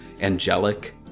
angelic